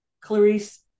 Clarice